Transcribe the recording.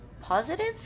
positive